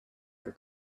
your